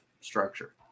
structure